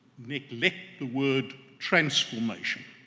neglect the word transformation